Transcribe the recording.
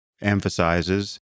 emphasizes